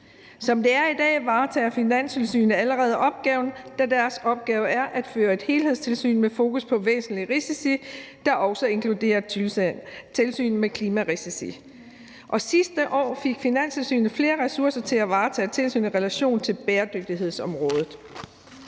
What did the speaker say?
Som det er i dag, varetager Finanstilsynet allerede opgaven, da deres opgave er at føre et helhedstilsyn med fokus på væsentlige risici, der også inkluderer tilsynet med klimarisici. Sidste år fik Finanstilsynet flere ressourcer til at varetage tilsyn i relation til bæredygtighedsområdet.